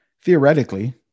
Theoretically